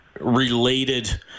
related